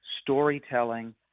storytelling